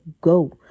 go